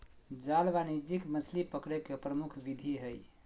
जाल वाणिज्यिक मछली पकड़े के प्रमुख विधि हइ